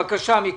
בבקשה מיקי.